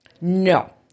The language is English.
no